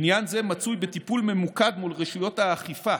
עניין זה מצוי בטיפול ממוקד מול רשויות האכיפה,